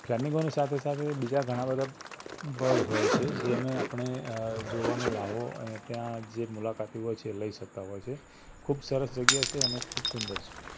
ફ્લૅમિન્ગોની સાથે સાથે બીજા ઘણા બધા બર્ડ હોય છે જેને આપણે જોવાનો લ્હાવો ત્યાં જે મુલાકાતી હોય છે તે લઇ શકતા હોય છે ખૂબ સરસ જગ્યા છે અને ખૂબ સુંદર છે